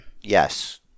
Yes